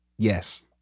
Yes